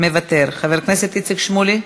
מוותר, חבר הכנסת איציק שמולי,